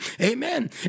Amen